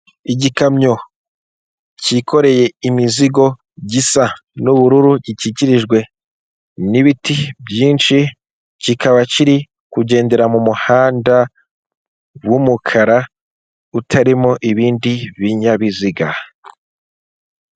Igikamyo kikoreye imizigo gisa n'ubururu gikikijwe n'ibiti byinshi, kikaba kiri kugendera mu muhanda w'umukara utarimo ibindi binyabiziga.